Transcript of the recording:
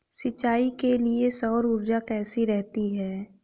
सिंचाई के लिए सौर ऊर्जा कैसी रहती है?